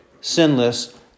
sinless